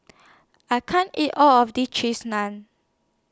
I can't eat All of This Cheese Naan